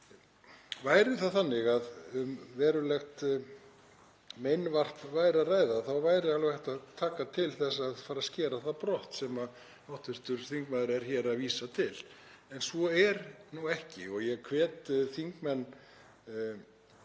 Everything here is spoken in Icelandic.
þau. Væri það þannig að um verulegt meinvarp væri að ræða væri alveg hægt að taka til þess að fara að skera það brott, sem hv. þingmaður er hér að vísa til. En svo er nú ekki. Ég hvet þingmenn